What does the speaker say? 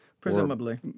Presumably